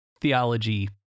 theology